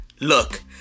Look